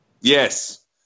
Yes